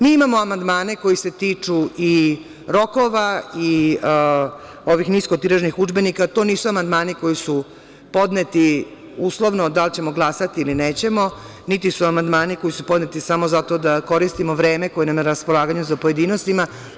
Mi imamo amandmane koji se tiču i rokova i ovih niskotiražnih udžbenika, to nisu amandmani koji su podneti uslovno da li ćemo glasati ili nećemo, niti su amandmani koji su podneti samo zato da koristimo vreme koje nam je na raspolaganju za pojedinosti.